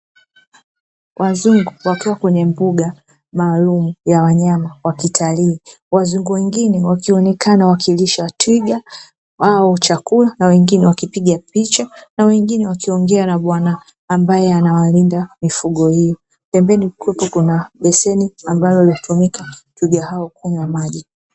Wazungu wakiwa kwenye mbuga maalumu ya wanyama wakitalii. Wazungu wengine wakionekana wakiwapisha twiga hao chakula na wengine, wakipiga picha na wengine wakiongea na bwana ambaye anawalinda mifugo hao. Pembeni kukiwepo beseni ambalo linatumika twiga hao kunywa maji.